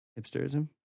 hipsterism